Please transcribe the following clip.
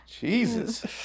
Jesus